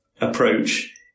approach